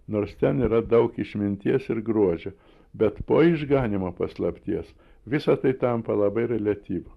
nors ten yra daug išminties ir grožio bet po išganymo paslapties visa tai tampa labai reliatyvu